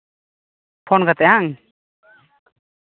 phone ᱠᱟᱛᱮᱫ ᱦᱮᱸᱵᱟᱝ